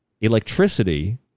electricity